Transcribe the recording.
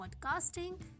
podcasting